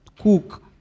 cook